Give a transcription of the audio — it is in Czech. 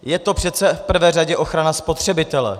Je to přece v prvé řadě ochrana spotřebitele.